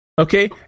Okay